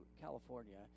California